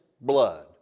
blood